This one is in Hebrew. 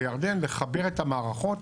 לירדן לחבר את המערכות,